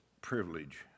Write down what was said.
privilege